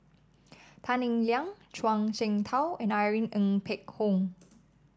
Tan Eng Liang Zhuang Shengtao and Irene Ng Phek Hoong